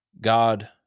God